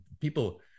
people